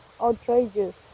outrageous